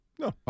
No